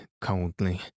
coldly